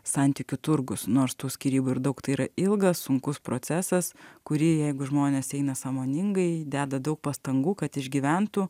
santykių turgus nors tų skyrybų ir daug tai yra ilgas sunkus procesas kurį jeigu žmonės eina sąmoningai deda daug pastangų kad išgyventų